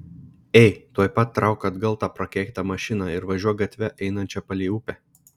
ei tuoj pat trauk atgal tą prakeiktą mašiną ir važiuok gatve einančia palei upę